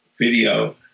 video